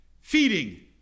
feeding